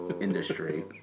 industry